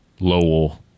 lowell